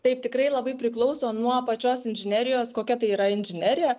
taip tikrai labai priklauso nuo pačios inžinerijos kokia tai yra inžinerija